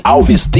Alves